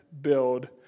build